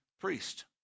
priest